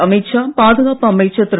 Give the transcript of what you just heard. அமீத் ஷா பாதுகாப்பு அமைச்சர் திரு